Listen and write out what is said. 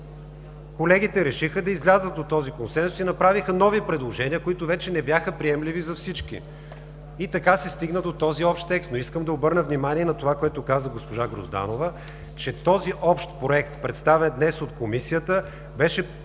колегите решиха да излязат от този консенсус и направиха нови предложения, които вече не бяха приемливи за всички! Така се стигна до този общ текст. Искам да обърна внимание на това, което каза, госпожа Грозданова, че този общ Проект, представен днес от Комисията, беше подкрепен